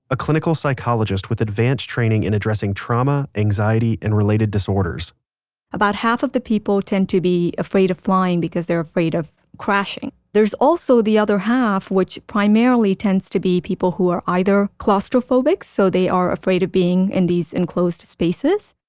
a clinical psychologist with advanced training in addressing trauma, anxiety and related disorders about half of the people tend to be afraid of flying because they're afraid of crashing. there's also the other half, which primarily tends to be people who are either claustrophobic, so they are afraid of being in these enclosed spaces,